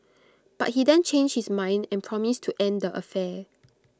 but he then changed his mind and promised to end the affair